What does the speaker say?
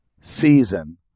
season